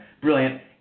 Brilliant